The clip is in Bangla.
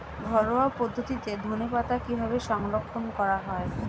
ঘরোয়া পদ্ধতিতে ধনেপাতা কিভাবে সংরক্ষণ করা হয়?